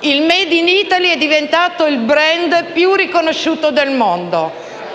Il *made in Italy* è diventato il *brand* più riconosciuto del mondo.